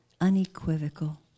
unequivocal